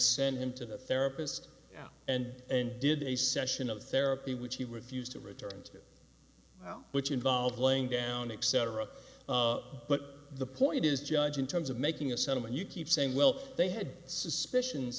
sent him to the therapist and and did a session of therapy which he refused to return to which involve laying down except for a but the point is judge in terms of making a settlement you keep saying well they had suspicion